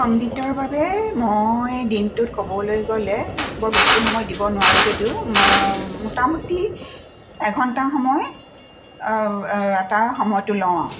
সংগীতৰ বাবে মই দিনটোত ক'বলৈ গ'লে বৰ বেছি সময় দিব নোৱাৰোঁ যদিও মোটামুটি এঘণ্টা সময় এটা সময়টো লওঁ আৰু